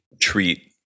treat